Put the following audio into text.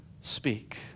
speak